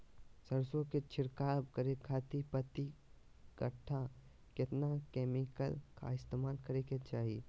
सरसों के छिड़काव करे खातिर प्रति कट्ठा कितना केमिकल का इस्तेमाल करे के चाही?